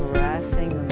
caressing